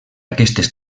aquestes